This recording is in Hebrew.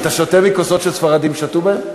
אתה שותה מכוסות שספרדים שתו מהן?